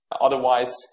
otherwise